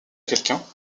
quelqu’un